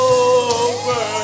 over